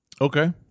Okay